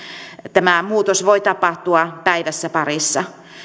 tämä muutos voi tapahtua päivässä parissa